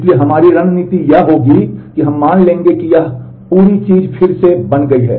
इसलिए हमारी रणनीति यह होगी कि हम मान लेंगे कि यह यह पूरी चीज फिर से बन गई है